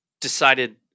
decided